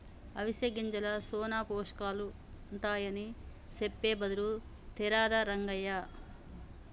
అవిసె గింజల్ల సానా పోషకాలుంటాయని సెప్పె బదులు తేరాదా రంగయ్య